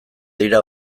dira